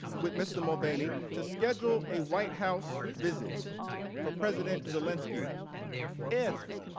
with mr. mulvaney to schedule a white house visit for president zelensky if